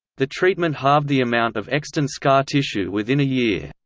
the treatment halved the amount of extant scar tissue within a year.